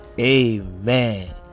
amen